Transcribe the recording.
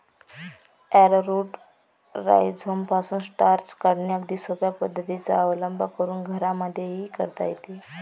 arrowroot राईझोमपासून starch काढणे अगदी सोप्या पद्धतीचा अवलंब करून घरांमध्येही करता येते